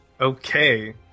Okay